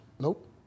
Nope